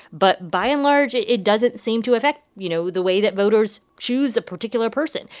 but by and large, it it doesn't seem to affect, you know, the way that voters choose a particular person.